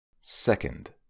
Second